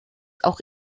auch